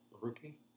rookie